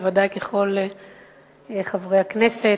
בוודאי ככל חברי הכנסת,